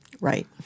right